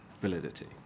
validity